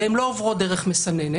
והן לא עוברות דרך מסננת,